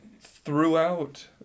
throughout